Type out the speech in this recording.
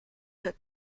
had